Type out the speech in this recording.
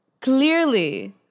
clearly